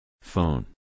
Phone